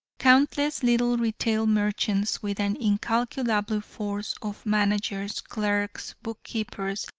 countless little retail merchants, with an incalculable force of managers, clerks, book-keepers,